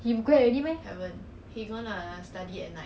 谁 sia